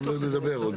אנחנו נדבר.